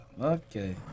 Okay